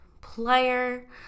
player